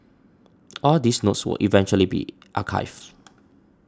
all these notes will eventually be archived